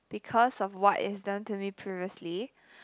because of what it's done to me previously